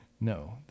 No